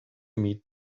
meet